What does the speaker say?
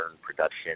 production